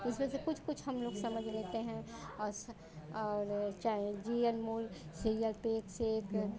उसमें से कुछ कुछ हम लोग समझ लेते हैं और चाहे जी अनमोल से सीरीअल में दिखता है